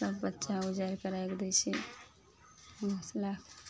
सब बच्चा उजारि कए राखि दै छै घोसला